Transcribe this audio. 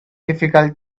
difficult